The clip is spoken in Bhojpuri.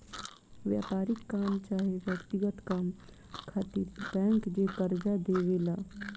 व्यापारिक काम चाहे व्यक्तिगत काम खातिर बैंक जे कर्जा देवे ला